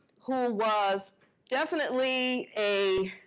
who was definitely a.